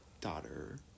daughter